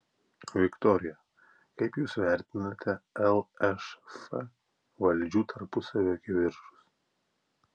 viktorija kaip jūs vertinate lšf valdžių tarpusavio kivirčus